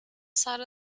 side